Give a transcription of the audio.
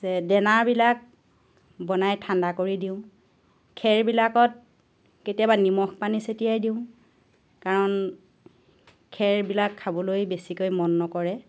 যে দানাবিলাক বনাই ঠাণ্ডা কৰি দিওঁ খেৰবিলাকত কেতিয়াবা নিমখ পানী চেতিয়াই দিওঁ কাৰণ খেৰবিলাক খাবলৈ বেছিকৈ মন নকৰে